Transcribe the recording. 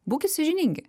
būkit sąžiningi